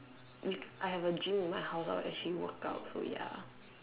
if I have a gym in my house I'll actually workout so ya